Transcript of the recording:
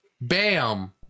bam